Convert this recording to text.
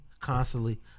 Constantly